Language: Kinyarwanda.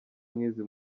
nk’izi